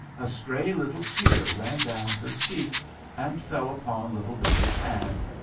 a stray little tear ran down her cheek and fell upon little billee's hand.